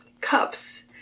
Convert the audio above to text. cups